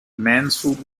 mansfield